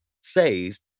saved